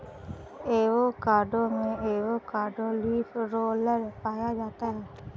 avocado में avocado leaf roller पाया जाता है